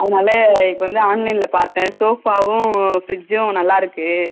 அதனால் இப்போ வந்து ஆன்லைனில் பார்த்தன் ஷோஃபாவும் ஃப்ரிட்ஜ்ஜும் நல்லா இருக்கு